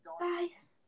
Guys